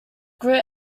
grit